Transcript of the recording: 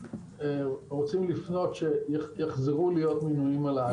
רוצים לפנות שיחזרו להיות מנויים על העיתון.